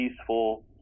peaceful